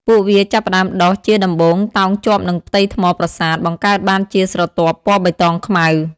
ពួកវាចាប់ផ្ដើមដុះជាដំបូងតោងជាប់នឹងផ្ទៃថ្មប្រាសាទ បង្កើតបានជាស្រទាប់ពណ៌បៃតងខ្មៅ។